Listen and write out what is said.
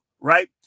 right